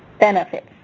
benefits.